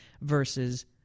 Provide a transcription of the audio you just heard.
versus